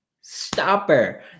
stopper